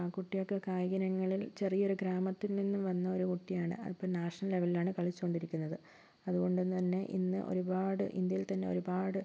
ആ കുട്ടിയൊക്കെ കായിക ഇനങ്ങളിൽ ചെറിയ ഒരു ഗ്രാമത്തിൽ നിന്നും വന്ന ഒരു കുട്ടിയാണ് അതിപ്പോൾ നാഷണൽ ലെവലിലാണ് കളിച്ചോണ്ടിരിക്കുന്നത് അതുകൊണ്ട് തന്നെ ഇന്ന് ഒരുപാട് ഇന്ത്യയിൽ തന്നെ ഒരുപാട്